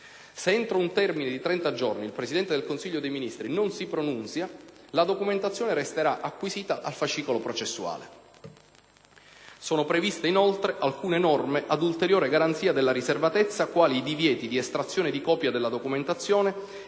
Se entro un termine di 30 giorni il Presidente del Consiglio dei ministri non si pronunzia, la documentazione resterà acquisita al fascicolo processuale. Sono previste, inoltre, alcune norme ad ulteriore garanzia della riservatezza, quali i divieti di estrazione di copia della documentazione